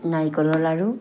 নাৰিকলৰ লাড়ু